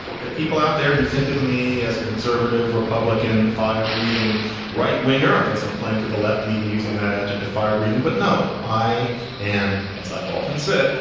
there are people out there who think of me as a conservative republican fire breathing right winger. i guess i'm playing to the left and even using that adjective fire breathing. but no, i am, as i've often said,